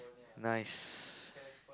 nice